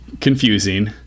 confusing